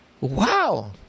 Wow